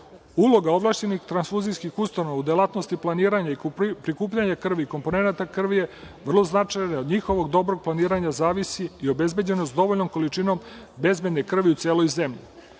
krvi. Uloga ovlašćenih transfuzijskih ustanova u delatnosti planiranja i prikupljanja krvi i komponenata krvi je vrlo značajna i od njihovog dobrog planiranja zavisi i obezbeđenost dovoljnom količinom bezbedne krvi u celoj zemlji.